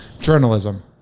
journalism